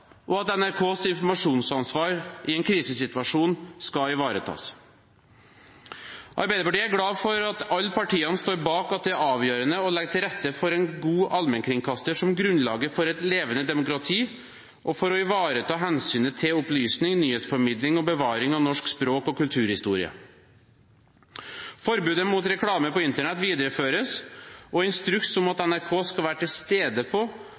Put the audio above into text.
og at NRKs informasjonsansvar i en krisesituasjon skal ivaretas. Arbeiderpartiet er glad for at alle partiene står bak at det er avgjørende å legge til rette for en god allmennkringkaster som grunnlaget for et levende demokrati og for å ivareta hensynet til opplysning, nyhetsformidling og bevaring av norsk språk og kulturhistorie. Forbudet mot reklame på internett videreføres, og instruks om at NRK skal være til stede på